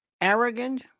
arrogant